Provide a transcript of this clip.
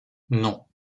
non